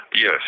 Yes